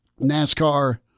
NASCAR